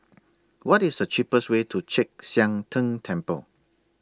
What IS The cheapest Way to Chek Sian Tng Temple